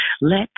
let